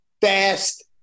fast